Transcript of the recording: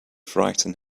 frighten